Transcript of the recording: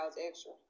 extra